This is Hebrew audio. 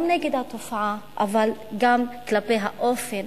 גם נגד התופעה אבל גם כלפי האופן